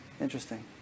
Interesting